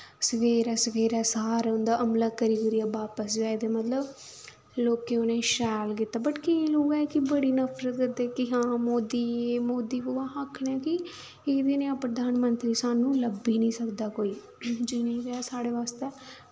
सवेरै सवेरै सारे उं'दा हमला करी करुयै बापस बी आई दे हे मतलब लोकें उ'नेंगी शैल कीता बट केईं लोक ऐ कि बड़ी नफरत करदे कि हां मोदी जे मोदी बो अस आक्खने कि एह्दे जेहा प्रधानमंत्री सानूं लब्भी नी सकदा कोई जनेह् बी ऐ साढ़े बास्तै